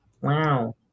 Wow